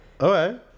Okay